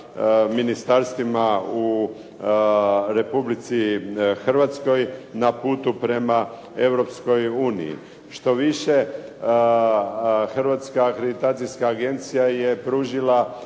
ministarstvima u Republici Hrvatskoj na putu prema Europskoj uniji. Štoviše, Hrvatska akreditacijska agencija je pružila